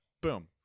Boom